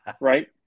Right